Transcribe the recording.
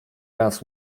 raz